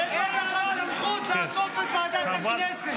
אין לך סמכות לעקוף את ועדת הכנסת.